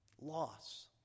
Loss